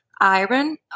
iron